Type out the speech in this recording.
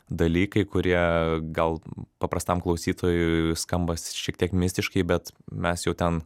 dalykai kurie gal paprastam klausytojui skamba šiek tiek mistiškai bet mes jau ten